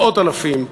מאות-אלפים,